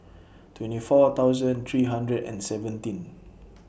twenty four thousand three hundred and seventeen